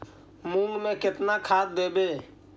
मुंग में केतना खाद देवे?